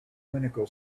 clinical